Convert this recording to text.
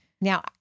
Now